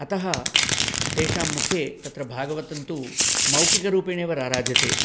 अतः तेषां मुखे तत्र भागवतन्तु मौखिकरूपेणैव राराजते